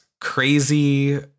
crazy